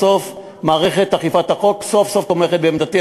מערכת אכיפת החוק סוף-סוף תומכת בעמדתי.